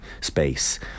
space